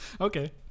okay